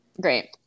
great